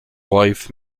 life